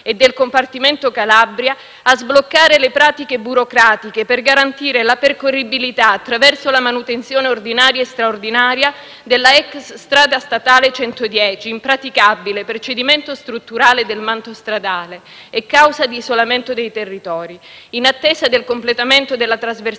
e del compartimento Calabria a sbloccare le pratiche burocratiche per garantire la percorribilità attraverso la manutenzione ordinaria e straordinaria della ex strada statale 110, impraticabile per cedimento strutturale del manto stradale e causa di isolamento dei territori, in attesa del completamento della Trasversale